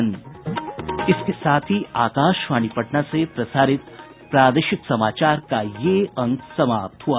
इसके साथ ही आकाशवाणी पटना से प्रसारित प्रादेशिक समाचार का ये अंक समाप्त हुआ